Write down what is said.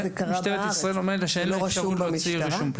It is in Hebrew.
כי זה קרה בארץ אין רישום במשטרה?